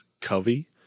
Covey